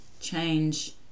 change